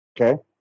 Okay